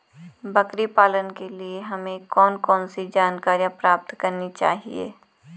बकरी पालन के लिए हमें कौन कौन सी जानकारियां प्राप्त करनी चाहिए?